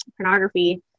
pornography